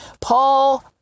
Paul